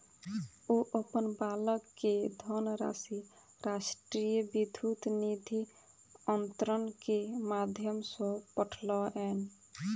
ओ अपन बालक के धनराशि राष्ट्रीय विद्युत निधि अन्तरण के माध्यम सॅ पठौलैन